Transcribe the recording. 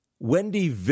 Wendy